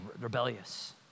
rebellious